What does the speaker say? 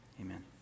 Amen